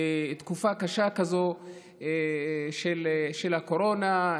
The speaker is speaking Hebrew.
בתקופה קשה כזאת של קורונה,